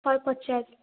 ଶହେ ପଚାଶ